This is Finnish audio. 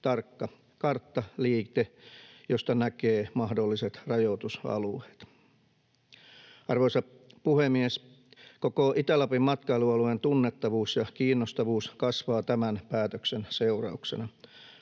tarkka karttaliite, josta näkee mahdolliset rajoitusalueet. Arvoisa puhemies! Koko Itä-Lapin matkailualueen tunnettavuus ja kiinnostavuus kasvaa tämän päätöksen seurauksena.